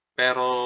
pero